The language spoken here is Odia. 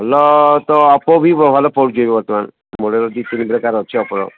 ଭଲ ତ ଓପୋ ବି ଭଲ ପଡ଼ୁଛି ଏବେ ବର୍ତ୍ତମାନ ମଡ଼େଲ୍ ଦୁଇ ତିନି ପ୍ରକାର ଅଛି ଓପୋର